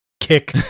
kick